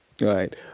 Right